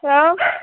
hello